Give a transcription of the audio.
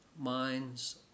minds